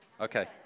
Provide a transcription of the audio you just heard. Okay